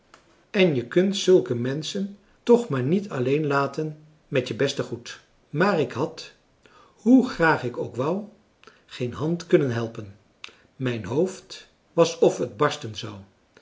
en je kunt zulke menschen toch maar niet alleen laten met je beste goed maar ik had hoe graag ik ook wou geen hand kunnen helpen mijn hoofd was of het barsten zou